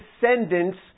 descendants